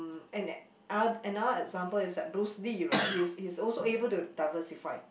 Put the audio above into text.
and ano~ another example is Bruce-Lee right he's he's also able to diversify